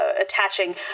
attaching